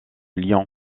lyon